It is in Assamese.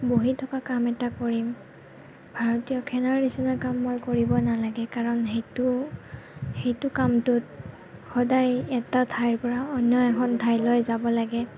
বহি থকা কাম এটা কৰিম ভাৰতীয় খেলাৰ নিচিনা কাম মই কৰিব নেলাগে কাৰণ সেইটো সেইটো কামটোত সদায় এটা ঠাইৰ পৰা অন্য এখন ঠাইলৈ যাব লাগে